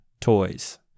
toys